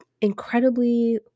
incredibly